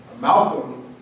Malcolm